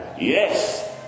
Yes